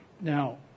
Now